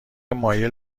مایل